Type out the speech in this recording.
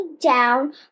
down